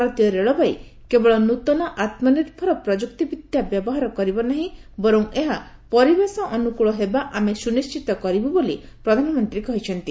ଭାରତୀୟ ରେଳବାଇ କେବଳ ନୂତନ ଆତ୍ମନିର୍ଭର ପ୍ରଯୁକ୍ତି ବିଦ୍ୟା ବ୍ୟବହାର କରିବ ନାହିଁ ବର୍ଚ ଏହା ପରିବେଶ ଅନୁକୂଳ ହେବା ଆମେ ସୁନିଶ୍ଚିତ କରିବୁ ବୋଲି ପ୍ରଧାନମନ୍ତ୍ରୀ କହିଛନ୍ତି